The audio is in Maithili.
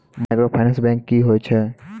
माइक्रोफाइनांस बैंक की होय छै?